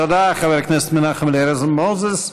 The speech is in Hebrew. תודה, חבר הכנסת מנחם אליעזר מוזס.